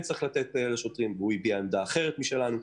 צריך לתת לשוטרים והוא הביע עמדה אחרת משלנו,